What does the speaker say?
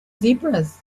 zebras